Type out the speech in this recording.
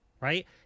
right